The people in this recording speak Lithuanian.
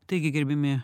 taigi gerbiami